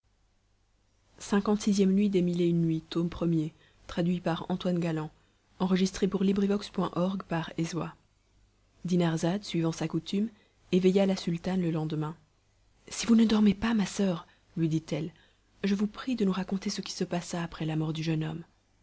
nuit dinarzade suivant sa coutume éveilla la sultane le lendemain si vous ne dormez pas ma soeur lui dit-elle je vous prie de nous raconter ce qui se passa après la mort du jeune homme